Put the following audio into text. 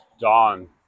dawn